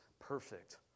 perfect